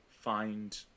Find